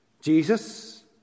Jesus